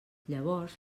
llavors